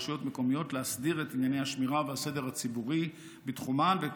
של רשויות מקומיות להסדיר את ענייני השמירה והסדר הציבורי בתחומן ואת